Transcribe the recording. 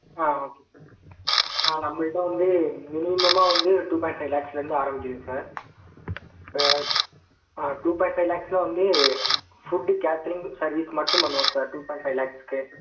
ஆ okay sir ஆ நம்பள்ட்ட வந்து மினிமமாக வந்து டூ பாய்ண்ட் ஃபைவ் லேக்ஸ்லேந்து ஆரம்மிக்குதுங்க சார் ஆ டூ பாய்ண்ட் ஃபைவ் லேக்ஸில் வந்து ஃபுட்டு கேட்ரிங் சர்வீஸ் மட்டும் பண்ணுவோம் சார் பாய்ண்ட் ஃபைவ் லேக்ஸுக்கு